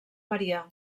maria